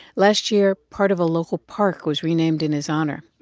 last year, part of a local park was renamed in his honor.